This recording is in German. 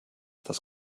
das